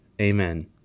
Amen